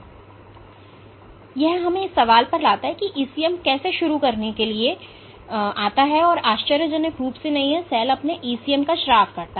इसलिए यह हमें इस सवाल पर लाता है कि ईसीएम कैसे शुरू करने के लिए आता है और यह आश्चर्यजनक रूप से नहीं है कि सेल अपने ईसीएम का स्राव करता है